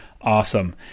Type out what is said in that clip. Awesome